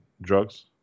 drugs